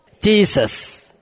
Jesus